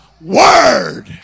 Word